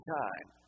time